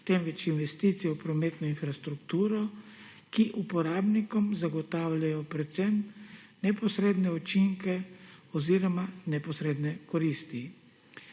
temveč investicije v prometno infrastrukturo, ki uporabnikom zagotavljajo predvsem neposredne učinke oziroma neposredne koristi.